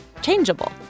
changeable